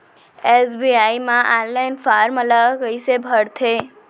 SBI म online form ल कइसे भरथे?